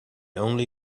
only